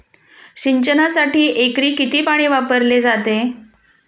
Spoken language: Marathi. सिंचनासाठी एकरी किती पाणी वापरले जाते?